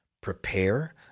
prepare